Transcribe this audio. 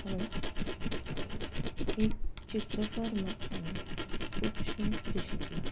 hello एक चित्रकार म्ह हांवें खुबशें कितें शिकलां